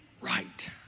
right